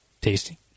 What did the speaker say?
Tasty